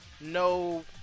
no